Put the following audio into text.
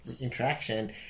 interaction